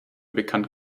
bekannt